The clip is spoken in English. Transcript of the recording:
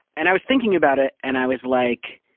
and i was thinking about it, and i was like,